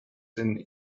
and